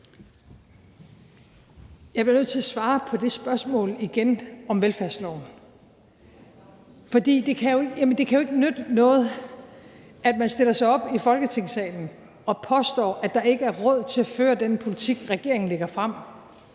Jeg bliver nødt til at svare på det spørgsmål om velfærdsloven igen. For det kan jo ikke nytte noget, at man stiller sig op i Folketingssalen og påstår, at der ikke er råd til at føre den politik, regeringen lægger frem,